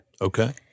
Okay